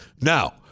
now